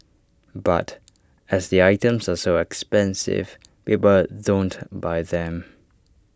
but as the items are so expensive people don't buy them